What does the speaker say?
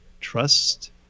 Trust